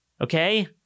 okay